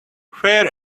fair